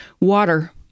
water